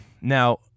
now